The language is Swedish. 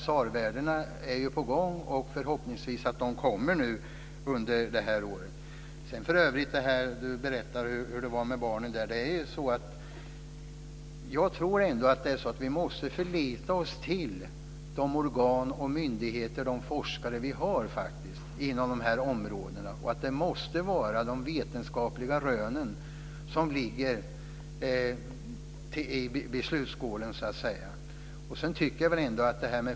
SAR-värdena är på gång, och förhoppningsvis kommer de under året. Barbro Feltzing berättade hur det var med barnen. Jag tror att vi måste förlita oss till de organ, myndigheter och forskare vi har inom områdena. Det måste vara de vetenskapliga rönen som ligger i beslutsskålen.